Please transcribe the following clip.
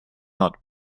not